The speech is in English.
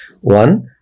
One